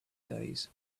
days